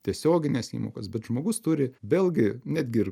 tiesiogines įmokas bet žmogus turi vėl gi netgi ir